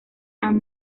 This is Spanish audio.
and